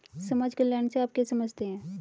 समाज कल्याण से आप क्या समझते हैं?